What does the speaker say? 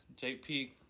jp